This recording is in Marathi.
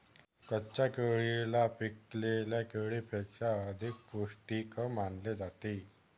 कच्च्या केळीला पिकलेल्या केळीपेक्षा अधिक पोस्टिक मानले जाते